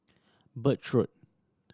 Birch Road